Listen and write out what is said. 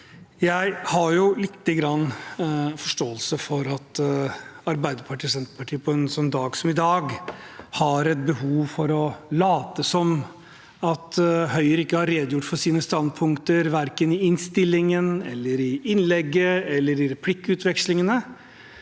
Jeg har lite grann forståelse for at Arbeiderpartiet og Senterpartiet på en dag som i dag har behov for å late som om Høyre ikke har redegjort for sine standpunkter, verken i innstillingen, i innlegget eller i replikkvekslingene.